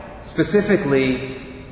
specifically